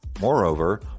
Moreover